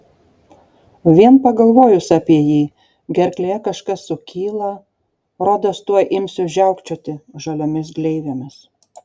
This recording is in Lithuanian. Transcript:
vien pagalvojus apie jį gerklėje kažkas sukyla rodos tuoj imsiu žiaukčioti žaliomis gleivėmis